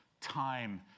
time